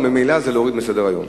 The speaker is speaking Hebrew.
וממילא זה להוריד מסדר-היום.